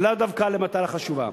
ולאו דווקא למטרה חשובה.